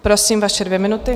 Prosím, vaše dvě minuty.